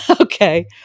Okay